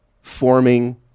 forming